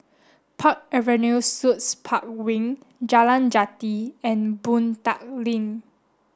Park Avenue Suites Park Wing Jalan Jati and Boon Tat Link